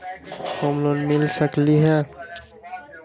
Home loan मिल सकलइ ह?